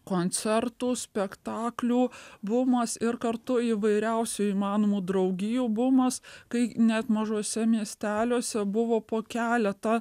koncertų spektaklių bumas ir kartu įvairiausių įmanomų draugijų bumas kai net mažuose miesteliuose buvo po keletą